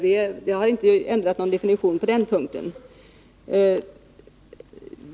Jag har inte ändrat någon definition på den punkten.